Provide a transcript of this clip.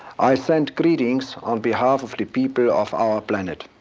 i send greetings on behalf of the people of our planet.